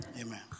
Amen